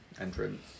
entrance